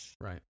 Right